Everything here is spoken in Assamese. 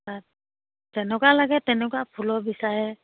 তাঁত তেনেকুৱা লাগে তেনেকুৱা ফুলৰ বিচাৰে